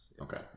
Okay